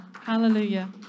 Hallelujah